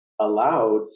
allowed